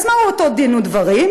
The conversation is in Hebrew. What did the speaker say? אז מהו אותו דין ודברים?